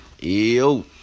Yo